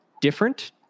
different